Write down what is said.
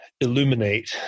illuminate